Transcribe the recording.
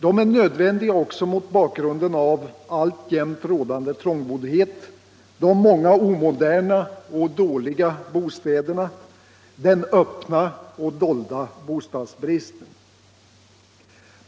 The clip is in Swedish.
De är nödvändiga också med hänsyn till alltjämt rådande trångboddhet, de många omoderna och dåliga bostäderna samt den öppna och dolda bostadsbristen.